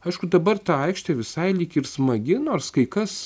aišku dabar ta aikštė visai lyg ir smagi nors kai kas